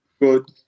Good